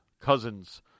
cousin's